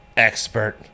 Expert